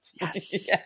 Yes